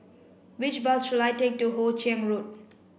which bus should I take to Hoe Chiang Road